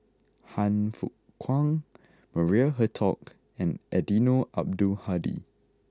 Han Fook Kwang Maria Hertogh and Eddino Abdul Hadi